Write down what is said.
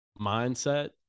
mindset